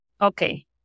Okay